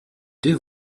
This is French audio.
deux